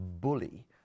bully